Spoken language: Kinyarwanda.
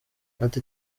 ati